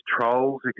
trolls